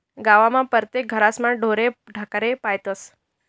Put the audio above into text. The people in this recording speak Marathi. गावमा परतेक घरेस्मा ढोरे ढाकरे पायतस